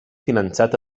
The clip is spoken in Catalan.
finançat